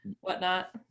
whatnot